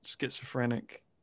schizophrenic